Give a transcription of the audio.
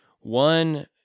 One